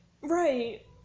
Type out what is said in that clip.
Right